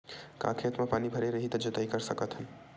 का खेत म पानी भरे रही त जोताई कर सकत हन?